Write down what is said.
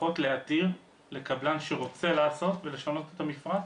לפחות להתיר לקבלן שרוצה לעשות ולשנות את המפרט,